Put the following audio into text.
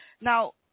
Now